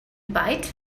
bite